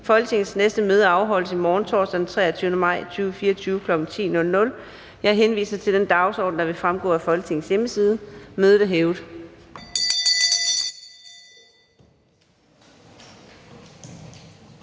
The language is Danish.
Folketingets næste møde afholdes i morgen, torsdag den 23. maj 2024, kl. 10.00. Jeg henviser til den dagsorden, der vil fremgå af Folketingets hjemmeside. Mødet er hævet.